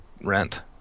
rent